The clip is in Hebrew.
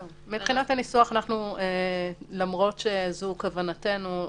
למרות שזו כוונתנו,